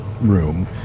room